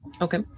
Okay